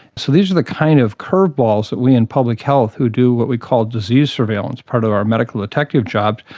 so these are the kind of curveballs that we in public health who do what we call disease surveillance, part of our medical detective jobs,